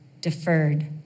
deferred